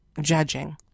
judging